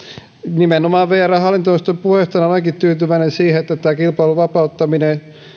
nimenomaan vrn hallintoneuvoston puheenjohtajana olen ainakin tyytyväinen siihen että kilpailun vapauttaminen